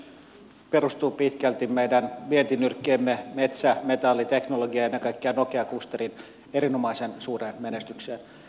suomen viimeaikainen menestys perustui pitkälti meidän vientinyrkkiemme metsä metalli teknologia ja ennen kaikkea nokia klusterin erinomaisen suureen menestykseen